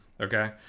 okay